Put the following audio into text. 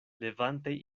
levante